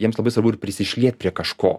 jiems labai svarbu ir prisišliet prie kažko